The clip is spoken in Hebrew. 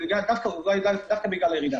במקרים חריגים, תתקבל על דעתו של ראש השב"כ.